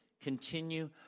Continue